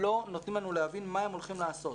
לא נותנים לנו להבין מה הם הולכים לעשות.